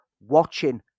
watching